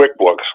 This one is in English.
QuickBooks